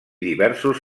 diversos